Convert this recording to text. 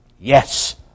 Yes